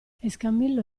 escamillo